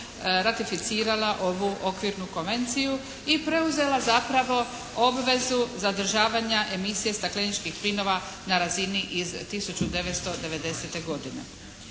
ratificirala ovu Okvirnu konvenciju i preuzela zapravo obvezu zadržavanja emisije stakleničkih plinova na razini iz 1990. godine.